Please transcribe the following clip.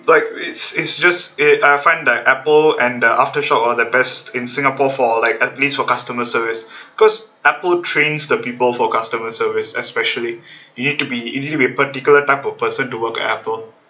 like it's it's just a I find that Apple and the aftershock one of their best in singapore for like at least for customer service because Apple trains the people for customer service especially you need to be you need to be a particular type of person to work at Apple